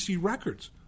records